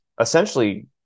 essentially